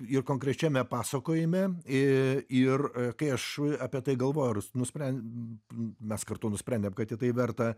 ir konkrečiame pasakojime i ir kai aš apie tai galvojau nuspren mes kartu nusprendėm kad į tai verta